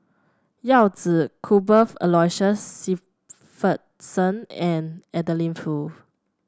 Yao Zi Cuthbert Aloysius Shepherdson and Adeline Foo